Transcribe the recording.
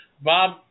Bob